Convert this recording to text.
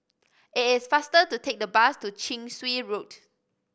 it is faster to take the bus to Chin Swee Road